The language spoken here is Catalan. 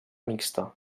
mixta